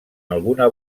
alguna